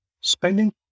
spending